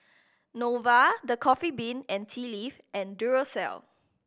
Nova The Coffee Bean and Tea Leaf and Duracell